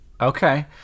okay